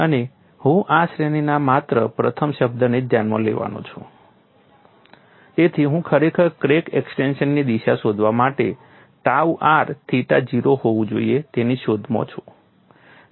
અને હું આ શ્રેણીના માત્ર પ્રથમ શબ્દને જ ધ્યાનમાં લેવાનો છું તેથી હું ખરેખર ક્રેક એક્સ્ટેંશનની દિશા શોધવા માટે ટાઉ r થિટા 0 હોવું જોઈએ તેની શોધમાં છું